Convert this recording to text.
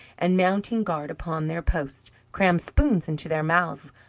and mounting guard upon their posts, crammed spoons into their mouths,